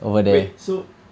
wait so